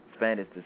Spanish